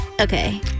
Okay